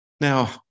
Now